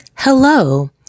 Hello